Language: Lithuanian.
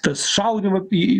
tas šaudyma į